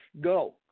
go